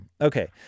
Okay